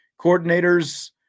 coordinators